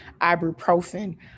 ibuprofen